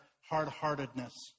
hard-heartedness